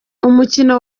umukino